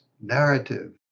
narrative